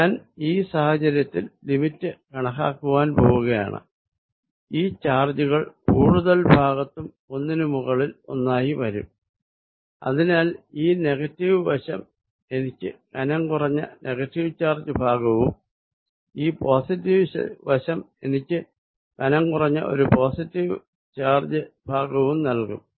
ഞാൻ ഈ സാഹചര്യത്തിൽ ലിമിറ്റ് കണക്കാക്കുവാൻ പോകയാണ് ഈ ചാർജുകൾ കൂടുതൽ ഭാഗത്തും ഒന്നിന് മുകളിൽ ഒന്നായി വരും അതിനാൽ ഈ നെഗറ്റീവ് വശം എനിക്ക് ഒരു കനം കുറഞ്ഞ നെഗറ്റീവ് ചാർജ് ഭാഗവും ഈ പോസിറ്റീവ് വശം എനിക്ക് ഒരു കനം കുറഞ്ഞ പോസിറ്റീവ് ചാർജ് ഭാഗവും നൽകും